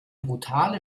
brutale